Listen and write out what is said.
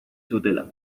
zutela